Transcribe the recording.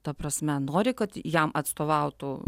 ta prasme nori kad jam atstovautų